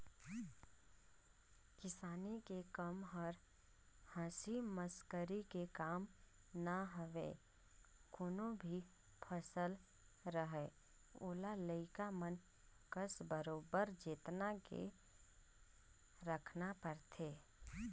किसानी के कम हर हंसी मसकरी के काम न हवे कोनो भी फसल रहें ओला लइका मन कस बरोबर जेतना के राखना परथे